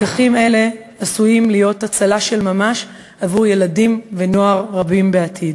לקחים אלה עשויים להיות הצלה של ממש עבור ילדים ונוער רבים בעתיד.